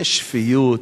יש שפיות,